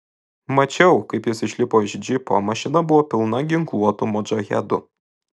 mačiau kaip jis išlipo iš džipo mašina buvo pilna ginkluotų modžahedų